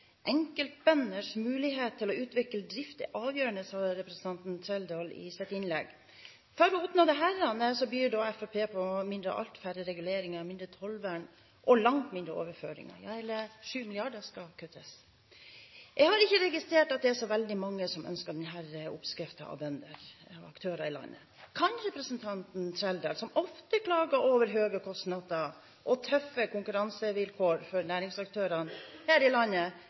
Enkeltbønders mulighet til å utvikle drift er avgjørende, sa representanten Trældal i sitt innlegg. For å oppnå dette byr Fremskrittspartiet på mindre av alt – færre reguleringer, mindre tollvern og langt mindre overføringer. Hele 7 mrd. kr skal kuttes. Jeg har ikke registrert at det er så veldig mange som ønsker denne oppskriften av bønder og aktører i landet. Kan representanten Trældal, som ofte klager over høye kostnader og tøffe konkurransevilkår for næringsaktørene her i landet,